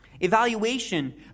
evaluation